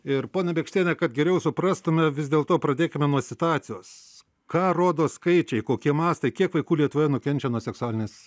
ir ponia bėkštiene kad geriau suprastume vis dėlto pradėkime nuo situacijos ką rodo skaičiai kokie mastai kiek vaikų lietuvoje nukenčia nuo seksualinės